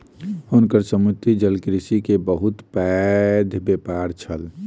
हुनकर समुद्री जलकृषि के बहुत पैघ व्यापार छल